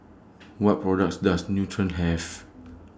What products Does Nutren Have